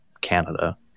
Canada